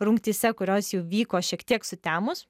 rungtyse kurios jau vyko šiek tiek sutemus